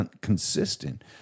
consistent